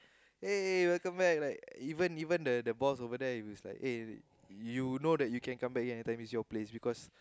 eh welcome back like even even the the boss over there if he is like you know that you can come back here anytime is you place because